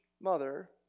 mother